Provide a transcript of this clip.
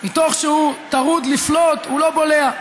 מתוך שהוא טרוד לפלוט, הוא לא בולע.